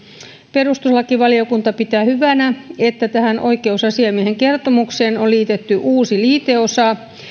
perustuslakivaliokunta pitää hyvänä että oikeusasiamiehen kertomukseen on liitetty uusi liiteosa